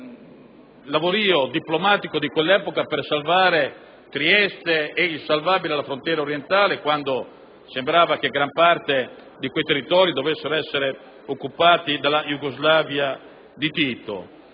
nel lavorio diplomatico di quell'epoca per salvare Trieste e quanto fosse possibile salvare alla frontiera orientale quando sembrava che gran parte di quei territori dovesse essere occupata dalla Iugoslavia di Tito.